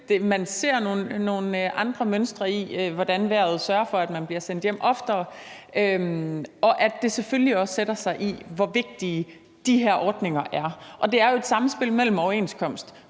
man ser nogle andre mønstre, i forhold til hvordan vejret sørger for, at man bliver sendt hjem oftere. Det sætter sig selvfølgelig også i, hvor vigtige de her ordninger er. Det er jo et samspil mellem overenskomst